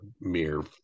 mere